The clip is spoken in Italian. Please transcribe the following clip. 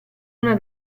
una